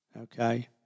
Okay